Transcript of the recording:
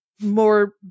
more